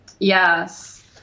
Yes